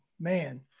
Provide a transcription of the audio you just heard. man